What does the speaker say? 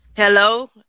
Hello